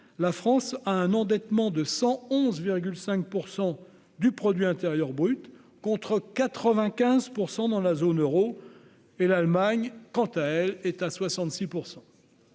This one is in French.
la France a un endettement de 111,5 % du PIB, contre 95 % dans la zone euro. L'Allemagne, quant à elle, est à 66